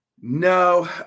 No